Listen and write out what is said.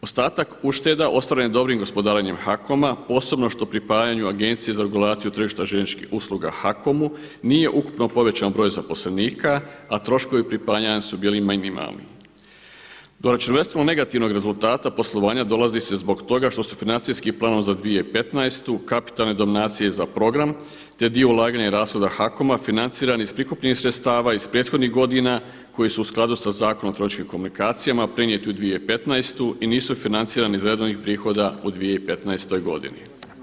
Ostatak ušteda ostvaren dobrim gospodarenjem HAKOM-a posebno što pripajanju Agencije za regulaciju tržišta željezničkih usluga HAKOM-u nije ukupno povećan broj zaposlenika, a troškovi pripajanja su bili minimalni. … negativnog rezultata poslovanja dolazi se zbog toga što se financijskim planom za 2015. kapitalne dominacije za program, te dio ulaganja i rashoda HAKOM-a financiran iz prikupljenih sredstava iz prethodnih godina koji su u skladu sa Zakonom o elektroničkim komunikacijama prenijeti u 2015. i nisu financirani iz redovnih prihoda u 2015. godini.